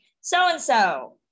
so-and-so